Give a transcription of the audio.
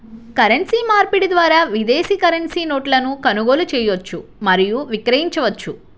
currency మార్పిడి ద్వారా విదేశీ కరెన్సీ నోట్లను కొనుగోలు చేయవచ్చు మరియు విక్రయించవచ్చు